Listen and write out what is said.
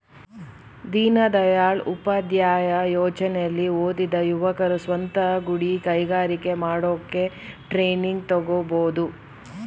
ದೀನದಯಾಳ್ ಉಪಾಧ್ಯಾಯ ಯೋಜನೆಲಿ ಓದಿದ ಯುವಕರು ಸ್ವಂತ ಗುಡಿ ಕೈಗಾರಿಕೆ ಮಾಡೋಕೆ ಟ್ರೈನಿಂಗ್ ತಗೋಬೋದು